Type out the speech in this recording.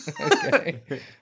Okay